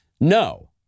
No